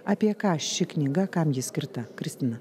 apie ką ši knyga kam ji skirta kristina